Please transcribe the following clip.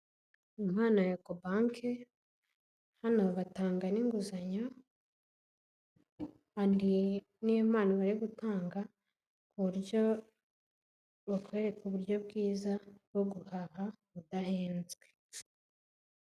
Impano ya ekobanke hano bagatanga n'inguzanyo, hari n'impano bari gutanga uburyo bakwereka uburyo bwiza bwo guhaha udahenzwe.